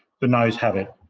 the noes have it.